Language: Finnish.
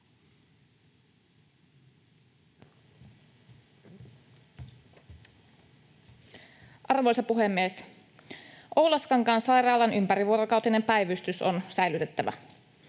Arvoisa puhemies! Oulaskankaan sairaalan ympärivuorokautinen päivystys on säilytettävä.